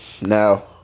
Now